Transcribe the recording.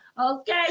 Okay